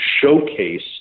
showcase